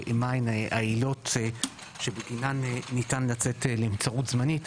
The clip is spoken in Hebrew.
ומהן העילות שבגינן ניתן לצאת לנבצרות זמנית.